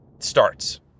Starts